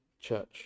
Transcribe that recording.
church